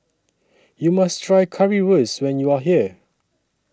YOU must Try Currywurst when YOU Are here